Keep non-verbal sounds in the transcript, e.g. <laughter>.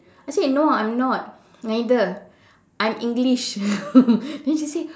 I said no I'm not neither I'm English <laughs> then she said